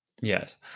Yes